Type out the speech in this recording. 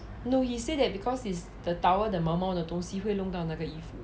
no he said that because it's the towel 的毛毛的东西会弄到那个衣服